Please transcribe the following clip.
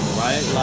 right